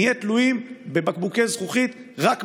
נהיה תלויים בבקבוקי זכוכית רק מהעולם.